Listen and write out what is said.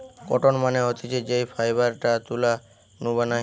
cotton মানে হতিছে যেই ফাইবারটা তুলা নু বানায়